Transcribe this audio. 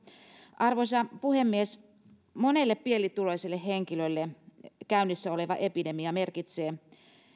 arvoisa puhemies monelle pienituloiselle henkilölle käynnissä oleva epidemia merkitsee